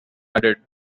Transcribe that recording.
added